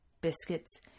biscuits